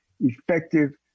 effective